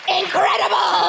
incredible